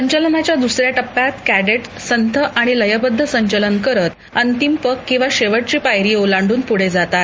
संचलनाच्या दुसऱ्या टप्प्यात कॅडेट्स संथ आणि लयबद्द संचलन करत अंतिम पग किंवा शेवटची पायरी ओलांडून पुढे जातात